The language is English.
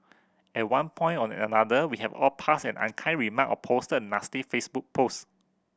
at one point or another we have all passed an unkind remark or posted a nasty Facebook post